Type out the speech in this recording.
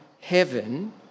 heaven